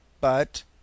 But